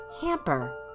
hamper